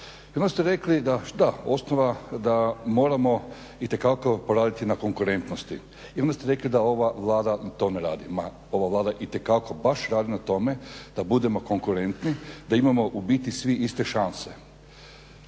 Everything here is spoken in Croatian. Jednom ste rekli, da osnova da moramo itekako poraditi na konkurentnosti i onda ste rekli da ova Vlada to ne radi, ma ova Vlada itekako baš radi na tome da budemo konkurentni, da imamo ubiti svi iste šanse.